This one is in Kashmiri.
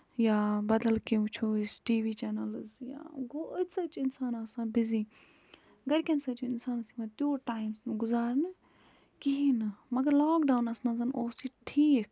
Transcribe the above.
یا بدل کیٚنہہ وٕچھو أسۍ ٹی وی چینَلٕز یا گوٚو أتھۍ سۭتۍ چھُ اِنسان آسان بِزی گرِکین سۭتۍ چھُ اِنسانَس یِوان تیوٗت ٹایم گُزارنہٕ کِہیٖنۍ نہٕ مَگر لاکڈونَس منٛز اوس یہِ ٹھیٖک